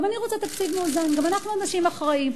גם אני רוצה תקציב מאוזן, גם אנחנו אנשים אחראיים.